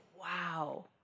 wow